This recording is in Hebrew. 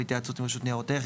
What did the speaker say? בהתייעצות עם רשות ניירות ערך,